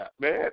man